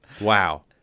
wow